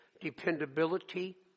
dependability